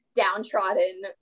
downtrodden